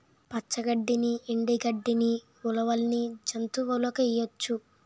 పచ్చ గడ్డిని ఎండు గడ్డని ఉలవల్ని జంతువులకేయొచ్చు